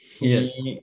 Yes